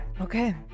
Okay